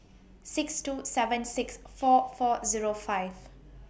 six two seven six four four Zero five